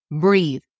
breathe